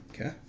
Okay